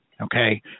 Okay